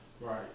right